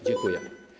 Dziękuję.